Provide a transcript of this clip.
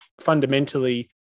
fundamentally